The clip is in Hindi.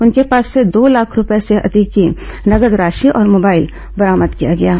उनके पास से दो लाख रूपये से अधिक की नगद राशि और मोबाइल बरामद किया गया है